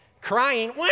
crying